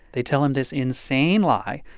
they tell him this insane lie,